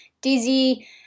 dizzy